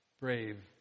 brave